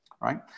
right